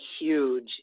huge